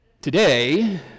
Today